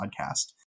podcast